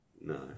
No